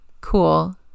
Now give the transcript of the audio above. cool